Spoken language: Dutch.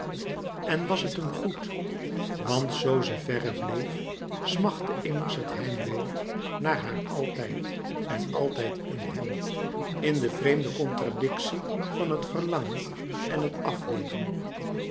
en was het hem goed want zoo ze verre bleef smachtte immers het heimwee naar haar altijd en altijd in hem in de vreemde contradictie van het verlangen en het afweren